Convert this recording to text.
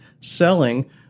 selling